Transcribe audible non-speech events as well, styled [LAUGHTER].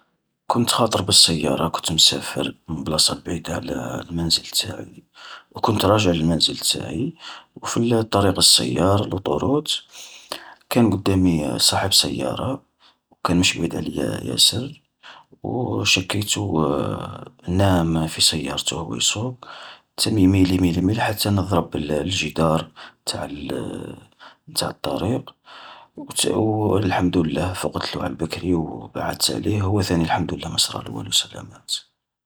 كنت خاطر بالسيارة، كنت مسافر من بلاصة بعيدة على [HESITATION] المنزل تاعي، وكنت راجع للمنزل تاعي، وفي طريق السيار لوطوروت، كان قدامي صاحب سيارة وكان مش بعيد ليا ياسر، وشكيتو [HESITATION] نام في سيارته وهو يسوق، تم يميل يميل يميل حتان ضرب الجدار تاع [HESITATION] تاع الطريق وت [HESITATION] والحمد لله فقتلو على البكري و بعدت عليه وهو ثاني الحمد لله ما صرالو والو سلامات.